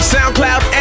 SoundCloud